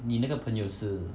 你那个朋友是